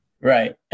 Right